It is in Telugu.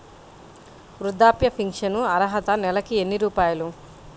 వృద్ధాప్య ఫింఛను అర్హత నెలకి ఎన్ని రూపాయలు?